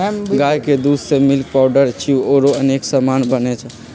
गाई के दूध से मिल्क पाउडर घीउ औरो अनेक समान बनै छइ